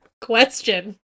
Question